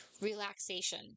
relaxation